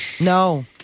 No